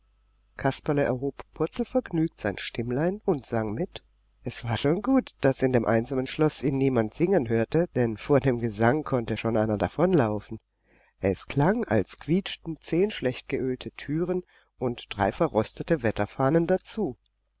kasperle erhob purzelvergnügt sein stimmlein und sang mit es war schon gut daß in dem einsamen schloß ihn niemand singen hörte denn vor dem gesang konnte schon einer davonlaufen es klang als quietschten zehn schlecht geölte türen und drei verrostete wetterfahnen dazu